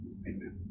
amen